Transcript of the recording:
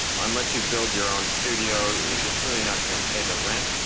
unless you build your own studio, it's really not going to pay the rent.